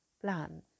plan